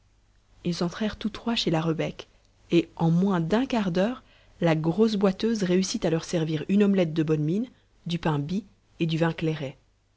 ils entrèrent tous trois chez la rebec et en moins d'un quart d'heure la grosse boiteuse réussit à leur servir une omelette de bonne mine du pain bis et du vin